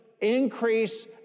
increase